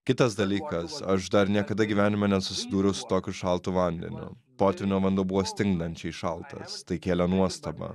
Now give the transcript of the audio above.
kitas dalykas aš dar niekada gyvenime nesusidūriau su tokiu šaltu vandeniu potvynio vanduo buvo stingdančiai šaltas tai kėlė nuostabą